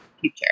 future